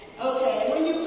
Okay